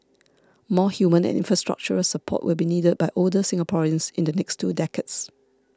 more human and infrastructural support will be needed by older Singaporeans in the next two decades